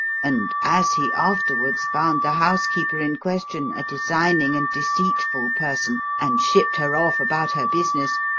and as he afterwards found the housekeeper in question a designing and deceitful person, and shipped her off about her business,